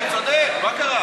הוא צודק, הוא צודק, מה קרה?